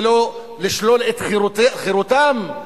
ולא לשלול את חירותם,